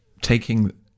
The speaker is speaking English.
taking